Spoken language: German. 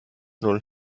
null